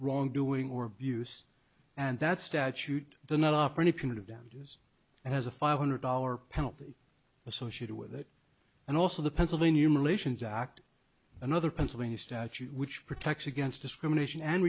wrongdoing or abuse and that statute does not offer any punitive damages and has a five hundred dollar penalty associated with it and also the pennsylvania immolations act another pennsylvania statute which protects against discrimination and